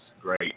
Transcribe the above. great